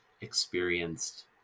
experienced